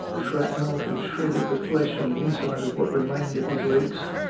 shrapnel had shredded the flesh on the inside of what remained of his legs.